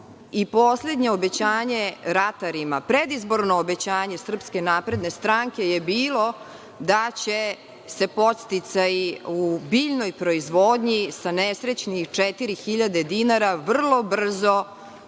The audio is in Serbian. i poslednje obećanje ratarima, predizborno obećanje SNS je bilo da će se podsticaji u biljnoj proizvodnji sa nesrećnih 4.000 dinara vrlo brzo